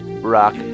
rock